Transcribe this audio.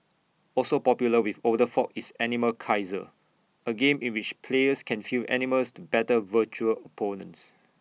also popular with older folk is animal Kaiser A game in which players can field animals to battle virtual opponents